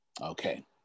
Okay